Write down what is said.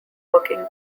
working